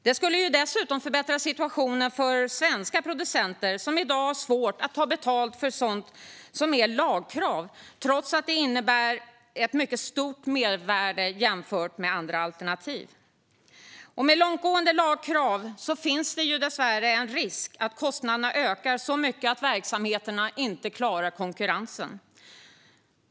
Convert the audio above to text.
Det skulle dessutom förbättra situationen för svenska producenter som i dag har svårt att ta betalt för sådant som är lagkrav, trots att det innebär ett mycket stort mervärde jämfört med andra alternativ. Med långtgående lagkrav finns dessvärre en risk att kostnaderna ökar så mycket att verksamheterna inte klarar konkurrensen.